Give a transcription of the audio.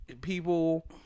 people